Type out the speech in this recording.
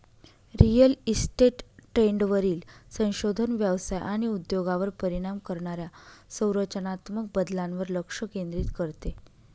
real estate ट्रेंडवरील संशोधन व्यवसाय आणि उद्योगावर परिणाम करणाऱ्या संरचनात्मक बदलांवर लक्ष केंद्रित करते